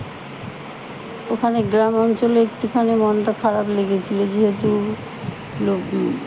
ওখানে গ্রাম অঞ্চলে একটুখানি মনটা খারাপ লেগেছিলো যেহেতু লোক